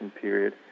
period